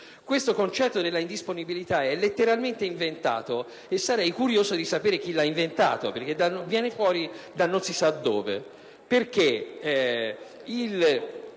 Questo concetto della indisponibilità è letteralmente inventato e sarei curioso di sapere chi ne è l'autore, perché viene fuori da non si sa dove.